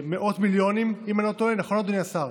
מאות מיליונים, אם אני לא טועה, נכון, אדוני השר?